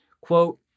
quote